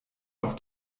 auf